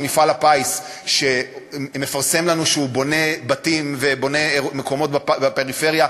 שמפעל הפיס מפרסם לנו שהוא בונה בתים ובונה מקומות בפריפריה,